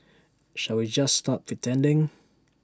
shall we just stop pretending